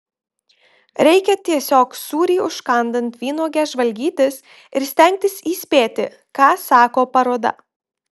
reikia tiesiog sūrį užkandant vynuoge žvalgytis ir stengtis įspėti ką sako paroda